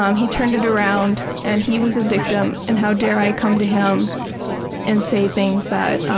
um he turned it around and he was victim and how dare i come to him and say things that